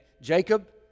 Jacob